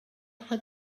have